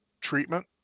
treatment